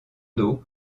dos